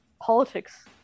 politics